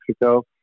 Mexico